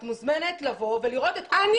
את מוזמנת לבוא ולראות את כל -- -של הפגנה